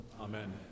Amen